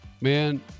Man